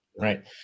right